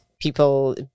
people